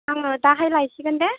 आङो दाहाय लायसिगोन दे